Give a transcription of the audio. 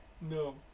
No